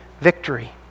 victory